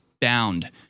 bound